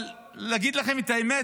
אבל להגיד לכם את האמת,